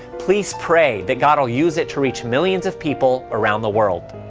please pray that god will use it to reach millions of people around the world.